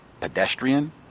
pedestrian